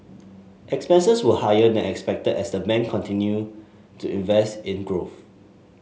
expenses were higher than expected as the bank continue to invest in growth